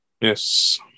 Yes